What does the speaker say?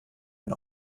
den